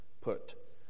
put